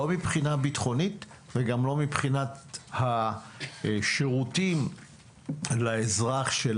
לא מבינה ביטחונית וגם לא מבחינת השירותים לאזרח של